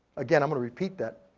again, i'm gonna repeat that,